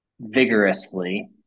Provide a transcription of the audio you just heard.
vigorously